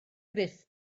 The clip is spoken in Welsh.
gruff